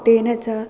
तेन च